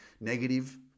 negative